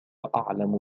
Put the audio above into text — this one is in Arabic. أعلم